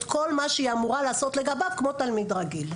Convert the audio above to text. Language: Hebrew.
כל מה שהיא אמורה לעשות לגביו כמו תלמיד רגיל.